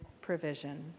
provision